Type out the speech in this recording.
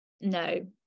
No